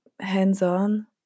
hands-on